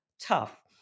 tough